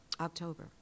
october